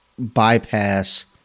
bypass